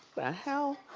hell.